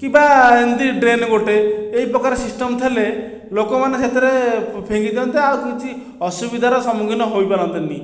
କିମ୍ବା ଏମିତି ଡ୍ରେନ୍ ଗୋଟିଏ ଏହି ପ୍ରକାର ସିଷ୍ଟମ୍ ଥିଲେ ଲୋକମାନେ ସେଥିରେ ଫିଙ୍ଗିଦିଅନ୍ତେ ଆଉ କିଛି ଅସୁବିଧାର ସମ୍ମୁଖୀନ ହୋଇପାରନ୍ତେନାହିଁ